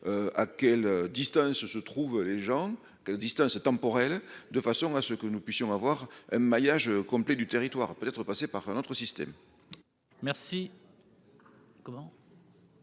à quelle distance se trouvent les gens quelle distance temporelle, de façon à ce que nous puissions avoir un maillage complet du territoire a peut-être être passer par un autre système. Merci,